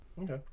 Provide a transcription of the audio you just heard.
Okay